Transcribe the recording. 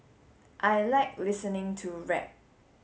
I like listening to rap